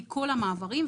מכל המעברים,